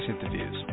Interviews